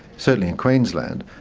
certainly in queensland,